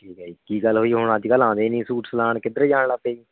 ਠੀਕ ਹੈ ਜੀ ਕੀ ਗੱਲ ਹੋਈ ਹੁਣ ਅੱਜ ਕੱਲ੍ਹ ਆਉਂਦੇ ਨੀ ਸੂਟ ਸਿਲਾਣ ਕਿੱਧਰ ਜਾਣ ਲ਼ਗ ਪਏ ਜੀ